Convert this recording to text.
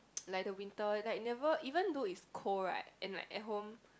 like the winter like never even though is cold right and like at home